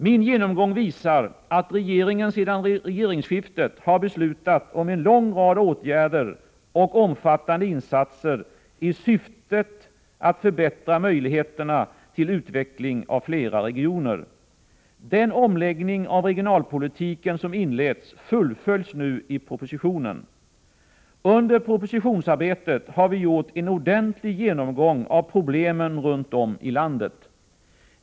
Min genomgång visar att regeringen sedan regeringsskiftet har beslutat om en lång rad åtgärder och omfattande insatser i syfte att förbättra möjligheterna till utveckling av flera regioner. Den omläggning av regionalpolitiken som inletts fullföljs nu i propositionen. Under propositionsarbetet har vi gjort en ordentlig genomgång av problemen runt om i landet.